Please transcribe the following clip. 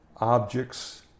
objects